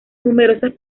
numerosas